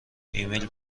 ایمیل